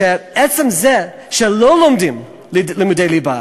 שעצם זה שלא לומדים לימודי ליבה,